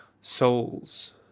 Souls